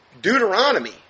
Deuteronomy